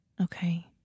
Okay